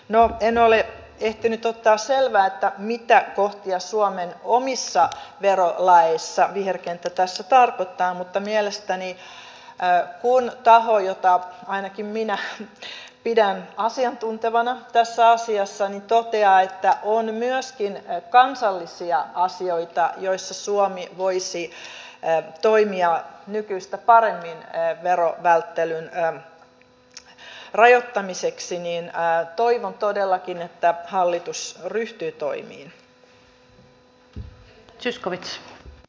no en ole ehtinyt ottaa selvää mitä kohtia suomen omissa verolaeissa viherkenttä tässä tarkoittaa mutta kun taho jota ainakin minä pidän asiantuntevana tässä asiassa toteaa että on myöskin kansallisia asioita joissa suomi voisi toimia nykyistä paremmin verovälttelyn rajoittamiseksi niin toivon todellakin että hallitus ryhtyy toimiin